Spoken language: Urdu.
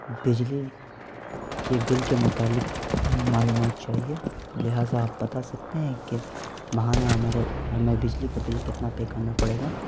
بجلی کے بل کے متعلق معلومات چاہیے لہٰذا آپ بتا سکتے ہیں کہ ماہانہ ہمارے ہمیں بجلی کا بل کتنا پے کرنا پڑے گا